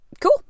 cool